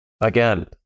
again